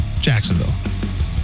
Jacksonville